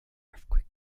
earthquake